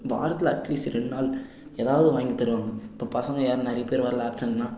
வாரத்தில் அட்லீஸ்ட் ரெண்டு நாள் ஏதாவது ஒன்று வாங்கி தருவாங்க இப்போ பசங்க யார் நிறைய பேர் வரலை ஆப்சென்ட்டுனா